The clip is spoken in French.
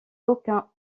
aucun